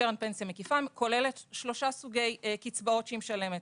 קרן פנסיה מקיפה כוללת שלושה סוגי קצבאות שהיא משלמת,